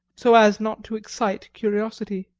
so as not to excite curiosity.